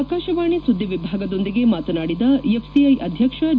ಆಕಾಶವಾಣಿ ಸುದ್ದಿ ವಿಭಾಗದೊಂದಿಗೆ ಮಾತನಾಡಿದ ಎಫ್ಸಿಐ ಅಧ್ಯಕ್ಷ ಡಿ